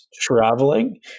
traveling